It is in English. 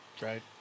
Right